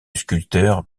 sculpteur